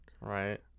Right